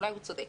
הוא צודק,